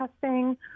testing